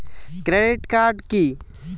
Credit card কি?